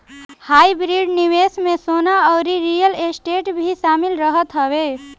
hybrid निवेश में सोना अउरी रियल स्टेट भी शामिल रहत हवे